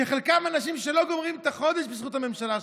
שחלקם אנשים שלא גומרים את החודש בזכות הממשלה שלך,